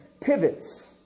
pivots